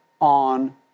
on